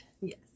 Yes